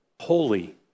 holy